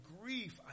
grief